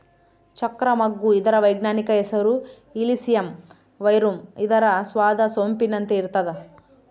ಚಕ್ರ ಮಗ್ಗು ಇದರ ವೈಜ್ಞಾನಿಕ ಹೆಸರು ಇಲಿಸಿಯಂ ವೆರುಮ್ ಇದರ ಸ್ವಾದ ಸೊಂಪಿನಂತೆ ಇರ್ತಾದ